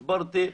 הסברתי.